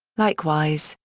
likewise,